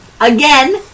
Again